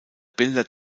bilder